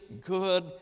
good